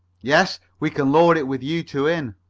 yes. we can lower it with you two in.